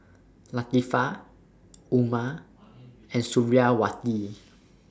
Latifa Umar and Suriawati